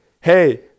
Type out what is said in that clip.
Hey